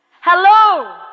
Hello